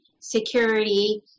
security